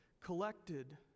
collected